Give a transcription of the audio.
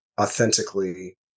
authentically